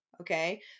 Okay